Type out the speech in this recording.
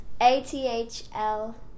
A-T-H-L